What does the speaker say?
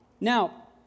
Now